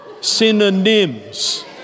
synonyms